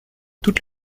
toutes